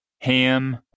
ham